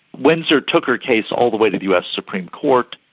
windsor took her case all the way to the us supreme court,